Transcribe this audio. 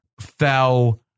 Fell